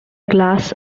glass